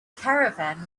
caravan